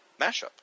mashup